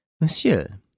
Monsieur